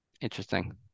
Interesting